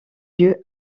lieu